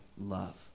love